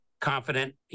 confident